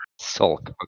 Sulk